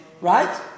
right